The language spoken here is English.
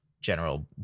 general